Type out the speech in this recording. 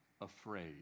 afraid